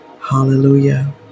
Hallelujah